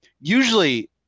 usually